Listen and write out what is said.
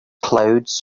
clouds